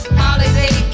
holiday